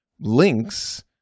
links